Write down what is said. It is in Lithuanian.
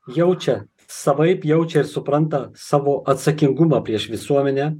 jaučia savaip jaučia ir supranta savo atsakingumą prieš visuomenę